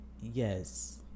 yes